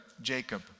Jacob